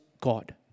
God